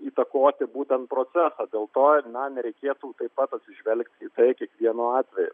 įtakoti būtent procesą dėl to ir na nereikėtų taip pat atsižvelgti į tai kiekvienu atveju